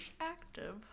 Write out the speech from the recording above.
active